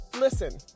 listen